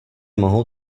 mohou